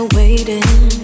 waiting